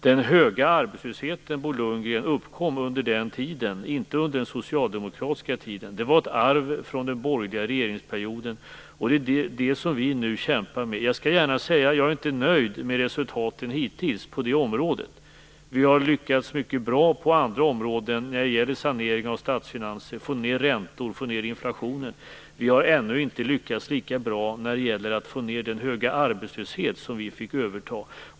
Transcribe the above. Den höga arbetslösheten, Bo Lundgren, uppkom under den tiden, inte under den socialdemokratiska tiden. Den var ett arv från den borgerliga regeringsperioden, och det är det som vi nu kämpar med. Jag skall gärna säga att jag inte är nöjd med resultaten hittills på det området. Vi har lyckats mycket bra på andra områden, när det gäller sanering av statsfinanser, att få ned räntor och att få ned inflationen. Vi har ännu inte lyckats lika bra när det gäller att få ned den höga arbetslöshet som vi fick överta.